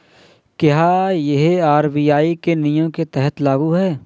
क्या यह आर.बी.आई के नियम के तहत लागू है?